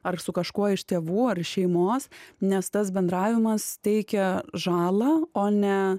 ar su kažkuo iš tėvų ar iš šeimos nes tas bendravimas teikia žalą o ne